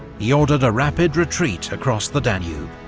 he ordered a rapid retreat across the danube.